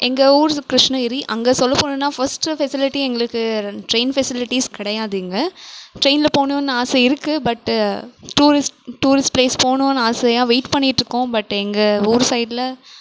எங்கள் ஊர் கிருஷ்ணகிரி அங்கே சொல்லப் போனோன்னா ஃபர்ஸ்ட்டு ஃபெசிலிட்டி எங்களுக்கு டிரெயின் ஃபெசிலிட்டிஸ் கிடையாது இங்கே டிரெயினில் போவணுன்னு ஆசை இருக்கு பட்டு டூல்ஸ் டூரிஸ்ட் பிளேஸ் போவணுன்னு ஆசையாக வெயிட் பண்ணிட்டுருக்கோம் பட் எங்கள் ஊர் சைடில்